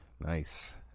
Nice